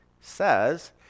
says